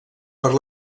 per